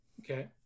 Okay